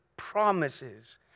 Promises